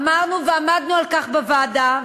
אמרנו ועמדנו על כך בוועדה,